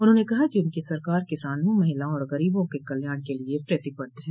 उन्होंने कहा कि उनकी सरकार किसानों महिलाओं और गरीबों के कल्याण के लिये प्रतिबद्ध है